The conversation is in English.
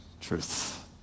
truth